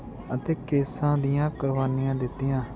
ਅਤੇ ਕੇਸਾਂ ਦੀਆਂ ਕੁਰਬਾਨੀਆਂ ਦਿੱਤੀਆਂ